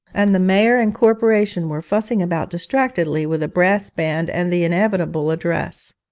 and the mayor and corporation were fussing about distractedly with a brass band and the inevitable address.